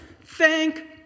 thank